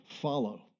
follow